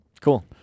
Cool